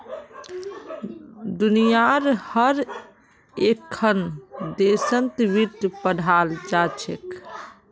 दुनियार हर एकखन देशत वित्त पढ़ाल जा छेक